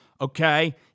okay